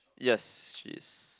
yes she is